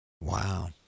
wow